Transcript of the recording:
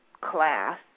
class